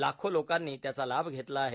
लाखो लोकांनी त्याचा लाभ घेतला आहे